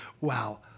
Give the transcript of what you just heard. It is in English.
Wow